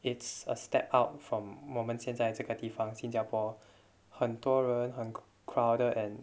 it's a step out from 我们现在这个地方新加坡很多人很 crowded and